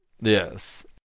Yes